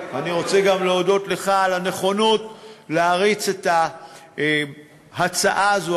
אני רוצה גם להודות לך על הנכונות להריץ את ההצעה הזאת,